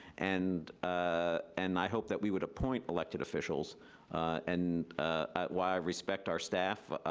and ah and i hope that we would appoint elected officials and while i respect our staff,